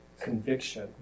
conviction